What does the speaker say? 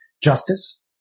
justice